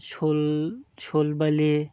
শোল শোলবালি